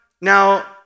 now